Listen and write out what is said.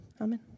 amen